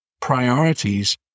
priorities